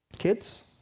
Kids